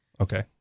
Okay